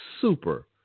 super